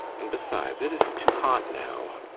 and besides, it is too hot now.